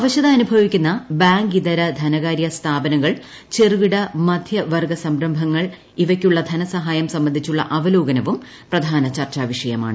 അവശത അനുഭവിക്കുന്ന ബാങ്കിതര ധനകാര്യ സ്ഥാപനങ്ങൾ ചെറുകിട മധ്യവർഗു സംരംഭങ്ങൾ ഇവയ്ക്കുള്ള ധനസഹായം സംബന്ധിച്ചുള്ള അവലോകനവും പ്രധാന ചർച്ചാ വിഷയമാണ്